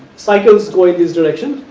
cycles go in this direction.